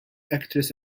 actress